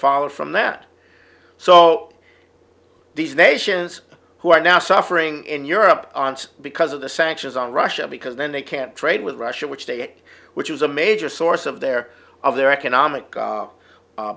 followed from that so these nations who are now suffering in europe because of the sanctions on russia because then they can't trade with russia which state which is a major source of their of their economic